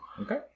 Okay